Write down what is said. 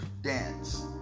dance